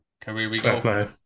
career